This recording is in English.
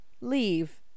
leave